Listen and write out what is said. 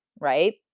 right